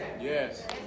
Yes